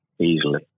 easily